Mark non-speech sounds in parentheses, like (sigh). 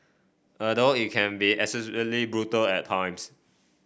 although it can be (unintelligible) brutal at times